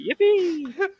Yippee